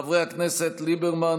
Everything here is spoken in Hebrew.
חברי הכנסת ליברמן,